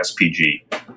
SPG